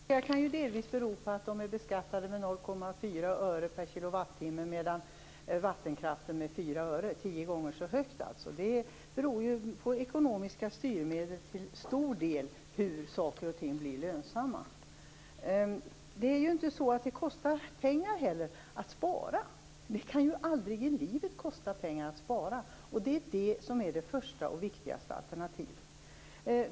Fru talman! Att de gör det kan delvis bero på att de beskattas med 0,4 öre per KWh medan vattenkraften beskattas med 4 öre, tio gånger så högt. Det beror till stor del på ekonomiska styrmedel hur lönsamma saker och ting blir. Det kostar inte pengar att spara. Det kan aldrig i livet kosta pengar att spara. Det är det första och viktigaste alternativet.